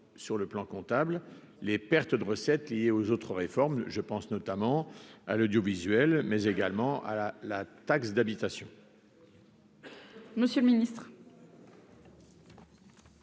sur le plan comptable, les pertes de recettes liées aux autres réformes je pense notamment à l'audiovisuel mais également à la la taxe d'habitation.